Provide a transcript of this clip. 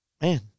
man